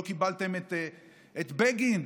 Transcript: לא קיבלתם את בגין,